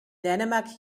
dänemark